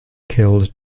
killed